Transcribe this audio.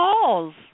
calls